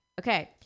Okay